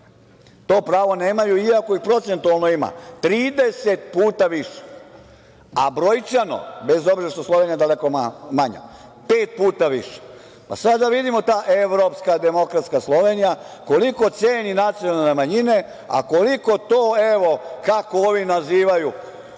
to pravo nemaju i ako ih procentualno ima 30 puta više, a brojčano, bez obzira što Slovenija je daleko manja, pet puta više. Pa, sada da vidimo ta evropske demokratska Slovenija, koliko ceni nacionalne manjine, a koliko to, evo kako ovi nazivaju